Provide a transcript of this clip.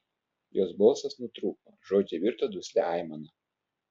jos balsas nutrūko žodžiai virto duslia aimana